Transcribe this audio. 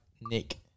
Nick